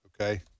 Okay